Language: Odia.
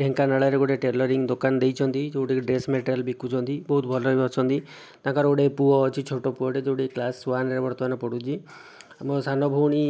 ଢେଙ୍କାନାଳରେ ଗୋଟିଏ ଟେଲରିଂ ଦୋକାନ ଦେଇଛନ୍ତି ଯେଉଁଟାକି ଡ୍ରେସ୍ ମ୍ୟାଟେରିଆଲ୍ ବିକୁଛନ୍ତି ବହୁତ ଭଲରେ ବି ଅଛନ୍ତି ତାଙ୍କର ଗୋଟିଏ ପୁଅ ଅଛି ଛୋଟ ପୁଅଟିଏ ଯେଉଁଟାକି କ୍ଳାସ୍ ୱାନ୍ରେ ବର୍ତ୍ତମାନ ପଢ଼ୁଛି ମୋ' ସାନ ଭଉଣୀ